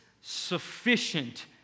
sufficient